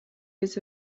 his